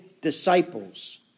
disciples